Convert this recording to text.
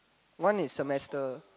one is semester